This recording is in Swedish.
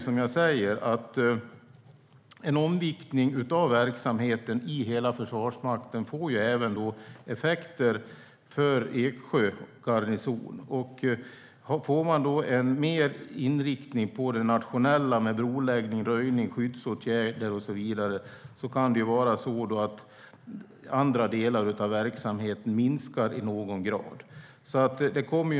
Som jag säger får sedan en omviktning av verksamheten i hela Försvarsmakten även effekter för Eksjö garnison. Får man mer inriktning på det nationella med broläggning, röjning och skyddsåtgärder och så vidare kan det vara så att andra delar av verksamheten minskar i någon grad.